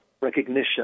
recognition